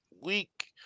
week